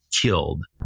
killed